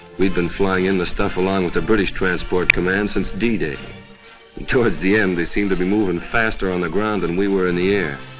we'd been flying in the stuff along with the british transport command since d-day and towards the end, they seemed to be moving faster on the ground than we were in the air.